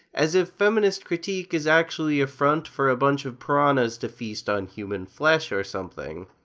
as if feminist critique is actually a front for a bunch of pirahnas to feast on human flesh or something.